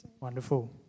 Wonderful